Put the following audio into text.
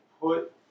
put